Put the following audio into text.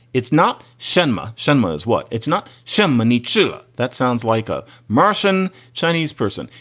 it's not cinema. cinema is what? it's not some money, tchula. that sounds like a martian chinese person.